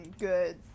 good